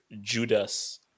Judas